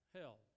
hell